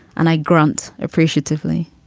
and i grunt appreciatively.